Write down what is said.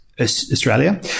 Australia